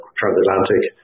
transatlantic